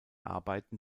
arbeiten